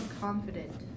confident